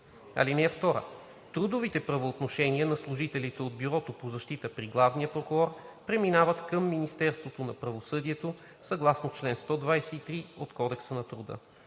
(2) Трудовите правоотношения на служителите от Бюрото по защита при главния прокурор преминават към Министерството на правосъдието съгласно чл. 123 от Кодекса на труда.